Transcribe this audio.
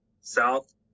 South